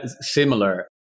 similar